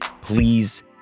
Please